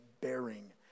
bearing